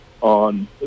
on